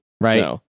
Right